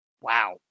Wow